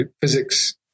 physics